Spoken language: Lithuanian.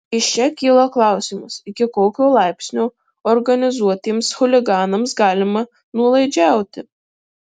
iš čia kyla klausimas iki kokio laipsnio organizuotiems chuliganams galima nuolaidžiauti